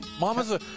Mamas